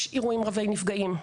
יש אירועים רבי נפגעים,